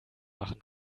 machen